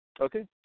okay